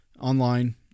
online